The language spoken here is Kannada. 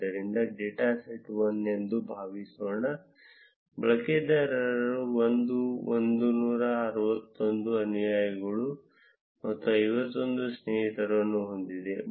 ಆದ್ದರಿಂದ ಡೇಟಾ ಸೆಟ್ 1 ಎಂದು ಭಾವಿಸೋಣ ಬಳಕೆದಾರ 1 161 ಅನುಯಾಯಿಗಳು ಮತ್ತು 51 ಸ್ನೇಹಿತರನ್ನು ಹೊಂದಿದೆ